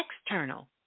external